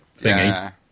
thingy